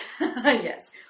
Yes